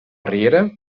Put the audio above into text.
riera